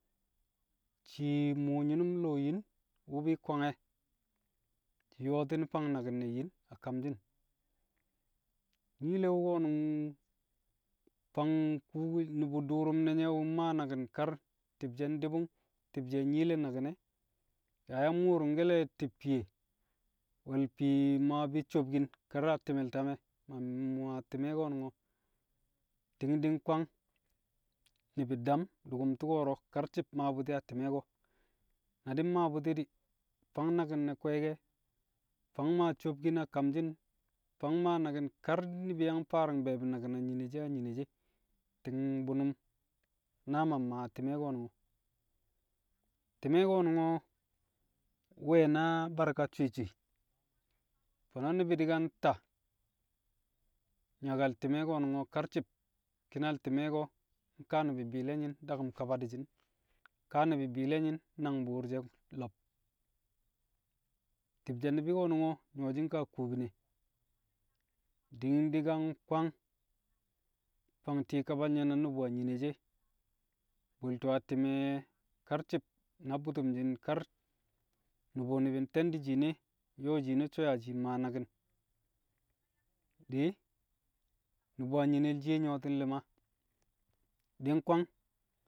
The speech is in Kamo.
Shii mu̱u̱ nyi̱nu̱m lo̱o̱ yin wu̱ bi̱ kwange̱, yo̱o̱ti̱n fang naki̱n ne̱ yin a kamshi̱n. Nyii le wu̱ ko̱nu̱ng fang kuuku, nu̱bu̱ du̱u̱ru̱m ne̱ nye̱ wu̱ mmaa naki̱n kar ti̱bshe̱ di̱ ndi̱bu̱ng, ti̱bshe̱ nyii le naki̱n e̱, yaa yang mu̱u̱ru̱ngkẹl ti̱b fiye we̱l fii maa bi̱ sobkin kar a ti̱me̱l tame̱, ma mmu̱u̱ a ti̱me̱ ko̱nu̱ngo̱. Ti̱ng di̱ nkwang ni̱bi̱ dam du̱ku̱m tu̱ko̱ro̱ karci̱b maa bu̱ti̱ a ti̱mẹ ko̱. Na di̱ mmaa bu̱ti̱ di̱, fang naki̱n ne̱ kwe̱e̱ke̱, fang maa sobkin a kamshi̱n, fang maa naki̱n kar ni̱bi̱ yang faari̱ng be̱e̱bi̱ naki̱n a nyine she̱ a nyine she̱, ti̱ng bu̱nu̱m na maa maa a ti̱me̱ ko̱nu̱ngo̱. Ti̱me̱ ko̱nu̱ngo̱ we̱ na barka swi̱i̱ swi̱i̱, fo̱no̱ ni̱bi̱ di̱ ka nta nyakal ti̱me̱ ko̱nu̱ngo̱ karci̱b, ki̱nal ti̱me̱ ko̱ nkaa ni̱bi̱ bi̱i̱le̱yi̱n daku̱m kaba di̱shi̱n, kaa ni̱bi̱ bi̱i̱le̱yi̱n nangbu̱u̱r she̱ lo̱b. Ti̱bshẹ ni̱bi̱ ko̱nu̱ngo̱, nyu̱wo̱shi̱ nkaa kubine di̱- di̱ ka nkwang fang ti̱i̱ kabal nye̱ na ni̱bi̱ a nyine she̱ bu̱lto̱ a ti̱me̱ karci̱b na bu̱tu̱mshi̱n kar, nu̱bu̱ ni̱bi̱ nte̱ndi̱ shiine, nyo̱o̱ shiine so̱ yaa shii maa naki̱n di̱ nu̱ba nyinel shiye nyu̱wo̱ti̱n li̱ma di̱ nkwang.